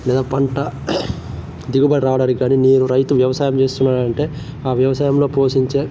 లేదా పంట దిగుబడి రావడానికి కానీ నీరు రైతు వ్యవసాయం చేస్తున్నాడంటే వ్యవసాయంలో పోషించే